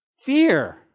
Fear